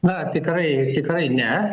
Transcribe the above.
na tikrai tikrai ne